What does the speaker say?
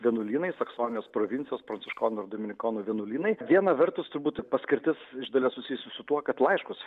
vienuolynai saksonijos provincijos pranciškonų ir dominikonų vienuolynai viena vertus turbūt paskirtis iš dalies susijusi su tuo kad laiškus